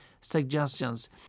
suggestions